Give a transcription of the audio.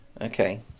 Okay